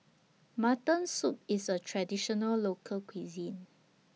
Mutton Soup IS A Traditional Local Cuisine